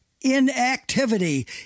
inactivity